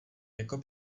jako